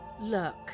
Look